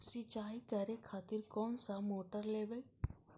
सीचाई करें खातिर कोन सा मोटर लेबे?